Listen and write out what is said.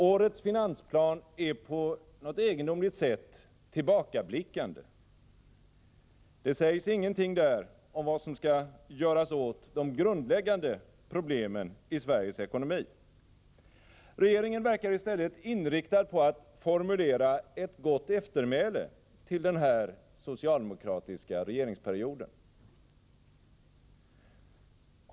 Årets finansplan är på ett egendomligt sätt tillbakablickande. Där sägs inget om vad som skall göras åt de grundläggande problemen i Sveriges ekonomi. Regeringen verkar i stället inriktad på att formulera ett gott eftermäle till den här socialdemokratiska regeringsperioden.